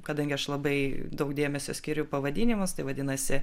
kadangi aš labai daug dėmesio skiriu pavadinimas tai vadinasi